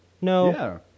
No